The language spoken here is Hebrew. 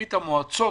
מברית המועצות,